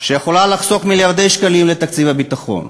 שיכולה לחסוך מיליארדי שקלים לתקציב הביטחון.